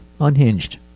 unhinged